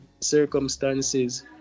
circumstances